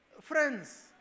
Friends